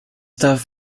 darf